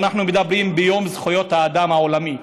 ואנחנו מדברים ביום זכויות האדם העולמי.